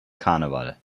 karneval